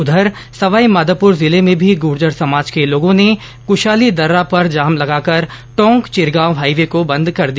उधर सवाई माधोपुर जिले में भी गुर्जर समाज के लोगों ने कुशाली दर्रा पर जाम लगाकर टोंक चिरगांव हाईवे को बंद कर दिया